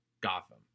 Gotham